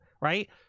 right